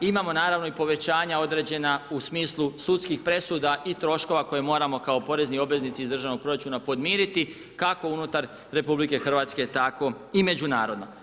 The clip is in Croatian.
Imamo naravno i povećanja određena u smislu sudskih presuda i troškova koje moramo kao porezni obveznici iz državnog proračuna podmiriti kako unutar RH tako i međunarodno.